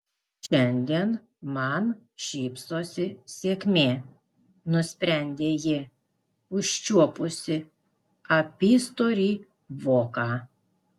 šiandien man šypsosi sėkmė nusprendė ji užčiuopusi apystorį voką